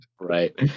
Right